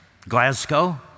Glasgow